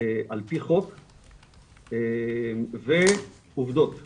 על פי חוק ועובדות וראיות,